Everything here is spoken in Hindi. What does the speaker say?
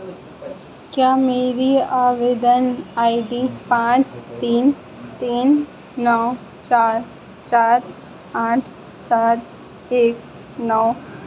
क्या मेरी आवेदन आई डी पाँच तीन तीन नौ चार चार आठ सात एक नौ